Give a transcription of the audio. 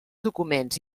documents